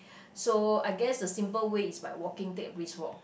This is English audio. so I guess a simple way is by walking take a brisk walk